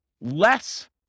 less